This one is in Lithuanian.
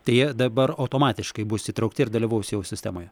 tai jie dabar automatiškai bus įtraukti ir dalyvaus jau sistemoje